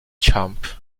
chump